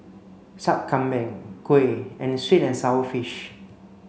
Sup Kambing Kuih and sweet and sour fish